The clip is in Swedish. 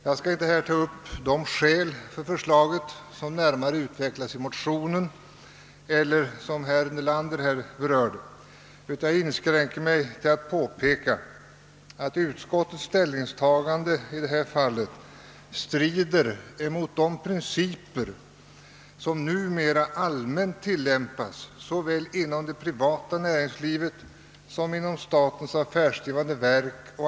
Jag skall inte ta upp de skäl till förslaget som närmare utvecklats i motionen eller som herr Nelander här berörde, utan jag vill inskräka mig till att påpeka att utskottets ställningstagande i detta fall strider mot de principer som numera allmänt tillämpas såväl inom det privata näringslivet som inom statens affärsdrivande verk.